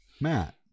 Matt